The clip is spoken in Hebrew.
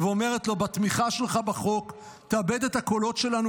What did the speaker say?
ואומרת לו: בתמיכה שלך בחוק תאבד את הקולות שלנו